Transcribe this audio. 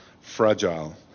fragile